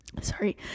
sorry